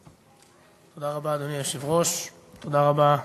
תודה רבה, אדוני היושב-ראש, תודה רבה,